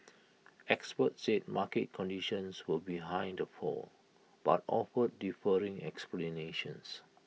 experts said market conditions were behind the fall but offered differing explanations